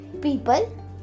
people